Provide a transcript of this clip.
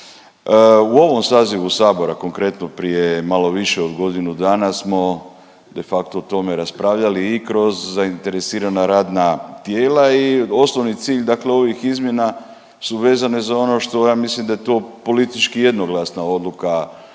U ovom sazivu Sabora, konkretno prije malo više od godinu dana smo de facto o tome raspravljali i kroz zainteresirana radna tijela i osnovni cilj, dakle ovih izmjena su vezane za ono što ja mislim da je to politički jednoglasna odluka ovog